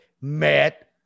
Matt